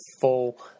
full